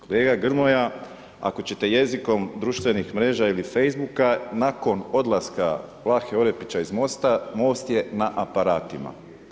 Kolega Gromja, ako ćete jezikom društvenih mreža ili Facebooka, nakon odlaska Vlahe Orepića iz Mosta, Most je na aparatima.